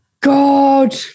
God